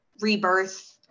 rebirth